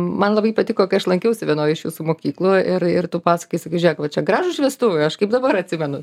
man labai patiko kai aš lankiausi vienoj iš jūsų mokyklų ir ir tu pasakojai sakai žiūrėk va čia gražūs šviestuvai aš kaip dabar atsimenu